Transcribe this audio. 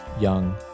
young